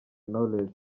knowless